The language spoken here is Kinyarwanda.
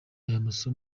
asa